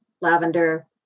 lavender